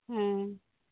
ᱦᱟᱸ